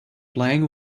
playing